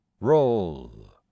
roll